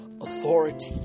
authority